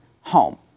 home